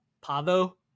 Pavo